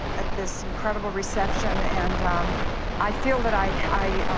at this incredible reception, and i feel, that i